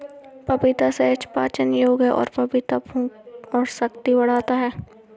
पपीता सहज पाचन योग्य है और पपीता भूख और शक्ति बढ़ाता है